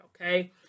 Okay